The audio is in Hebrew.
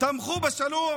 ותמכו בשלום.